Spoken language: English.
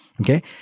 okay